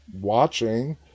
watching